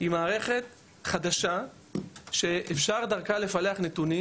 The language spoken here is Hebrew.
היא מערכת חדשה שאפשר דרכה לפלח נתונים.